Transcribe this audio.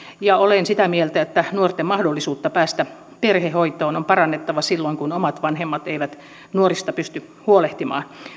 ja olen sitä mieltä että nuorten mahdollisuutta päästä perhehoitoon on parannettava silloin kun omat vanhemmat eivät nuorista pysty huolehtimaan